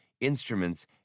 instruments